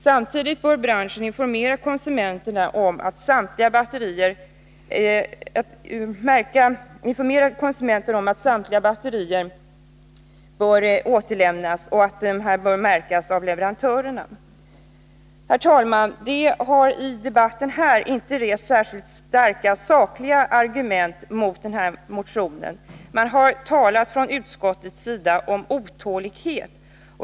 Samtidigt bör branschen informera konsumenterna om att samtliga batterier skall återlämnas, och en märkning av batterierna bör därvid göras av leverantörerna. Herr talman! Det har i den här debatten inte framförts särskilt starka sakliga argument mot den här motionen. Från utskottets sida har man talat om otålighet.